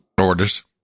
orders